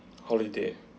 holiday